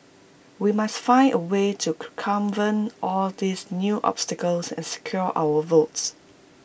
we must find A way to circumvent all these new obstacles and secure our votes